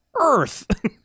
earth